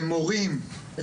מורים,